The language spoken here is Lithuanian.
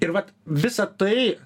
ir vat visa tai